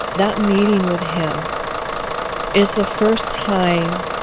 that meeting with him is the first time